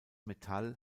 metall